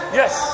yes